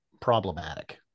problematic